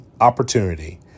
opportunity